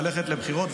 ללכת לבחירות,